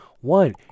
One